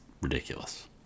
ridiculous